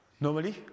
Normally